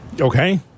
Okay